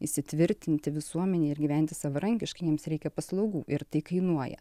įsitvirtinti visuomenėje ir gyventi savarankiškai jiems reikia paslaugų ir tai kainuoja